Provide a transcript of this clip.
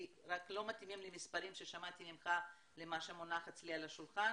רק לא מתאימים לי המספרים ששמעתי ממך למה שמונח אצלי על השולחן.